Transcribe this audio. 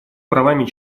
правами